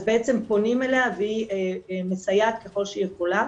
אז בעצם פונים אליה והיא מסייעת ככל שהיא יכולה,